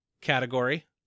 category